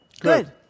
Good